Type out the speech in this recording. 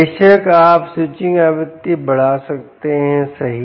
बेशक आप स्विचिंग आवृत्ति बढ़ा सकते हैं सही